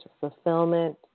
fulfillment